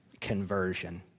conversion